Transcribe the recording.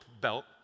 belt